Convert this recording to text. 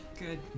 Good